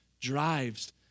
drives